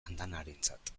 andanarentzat